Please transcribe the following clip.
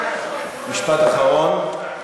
משפט אחרון.